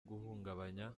guhungabanya